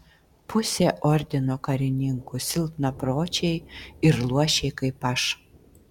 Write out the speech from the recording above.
pusė ordino karininkų silpnapročiai ir luošiai kaip aš